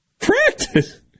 practice